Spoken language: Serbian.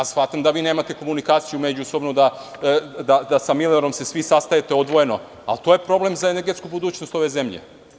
Smatram da vi nemate komunikaciju međusobno, da sa Milerom se svi sastajete odvojeno, ali to je problem za energetsku mogućnost ove zemlje.